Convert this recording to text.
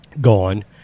Gone